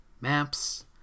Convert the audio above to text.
maps